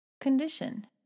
condition